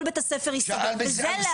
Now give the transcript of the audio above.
בית הספר ייסגר וזה נקרא להטעות את הציבור.